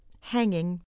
hanging